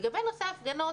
לגבי נושא ההפגנות,